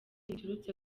biturutse